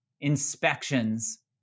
inspections